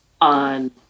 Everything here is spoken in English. on